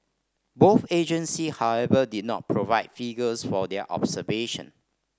both agency however did not provide figures for their observation